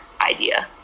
idea